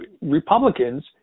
Republicans